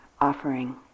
offering